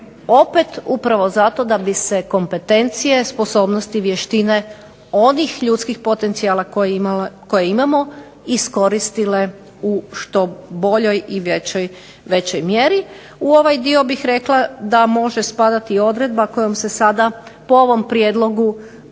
opet upravo zato da bi se kompetencije, sposobnosti, vještine onih ljudskih potencijala koje imamo iskoristile u što boljoj i većoj mjeri. U ovaj dio bih rekla da može spadati i odredba kojom se sada po ovom prijedlogu